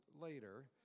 later